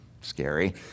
scary